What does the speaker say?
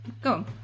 go